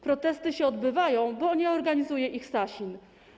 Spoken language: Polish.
Protesty się odbywają, bo nie organizuje ich Sasin.